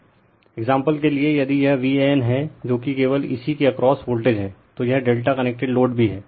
example के लिए यदि यह VAN है जो कि केवल इसी के अक्रॉस वोल्टेज है तो यह Δ कनेक्टेड लोड भी है